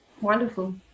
wonderful